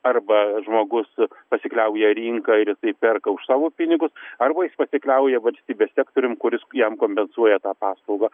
arba žmogus pasikliauja rinka ir jisai perka už savo pinigus arba jis pasikliauja valstybės sektorium kuris jam kompensuoja tą paslaugą